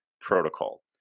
protocol